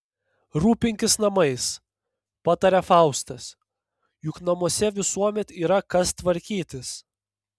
rūpinkis namais pataria faustas juk namuose visuomet yra kas tvarkytis